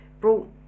brought